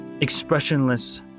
expressionless